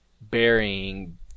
burying